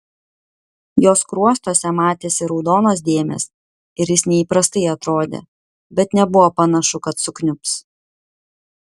jo skruostuose matėsi raudonos dėmės ir jis neįprastai atrodė bet nebuvo panašu kad sukniubs